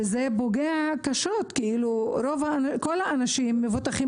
זה פוגע קשות בבתי המרקחת.